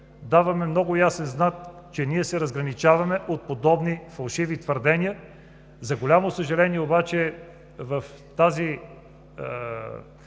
даваме много ясен знак, че се разграничаваме от подобни фалшиви твърдения. За голямо съжаление обаче, в тази